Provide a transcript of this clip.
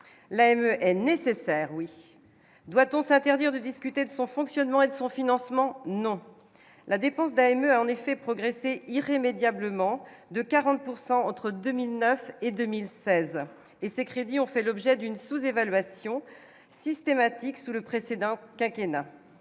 haine est nécessaire oui, doit-on s'interdire de discuter de son fonctionnement et de son financement non la dépense d'homme a en effet progressé irrémédiablement de 40 pourcent entre 2009 et 2016 et ces crédits ont fait l'objet d'une sous-évaluation systématique sous le précédent quinquennat